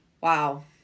Wow